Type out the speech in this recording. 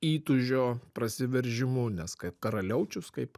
įtūžio prasiveržimu nes kaip karaliaučius kaip